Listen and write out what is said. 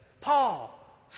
Paul